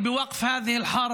להקים ממשלה שתייצג אותם,